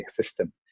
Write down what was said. system